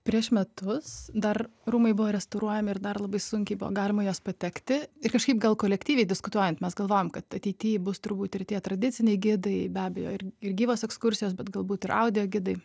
prieš metus dar rūmai buvo restauruojami ir dar labai sunkiai buvo galima į juos patekti ir kažkaip gal kolektyviai diskutuojant mes galvojom kad ateity bus turbūt ir tie tradiciniai gidai be abejo ir ir gyvos ekskursijos bet galbūt ir audio gidai